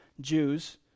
Jews